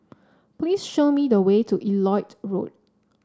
please show me the way to Elliot Road